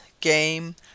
game